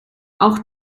auch